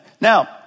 Now